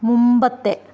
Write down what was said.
മുമ്പത്തെ